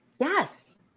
Yes